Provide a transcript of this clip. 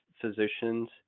physicians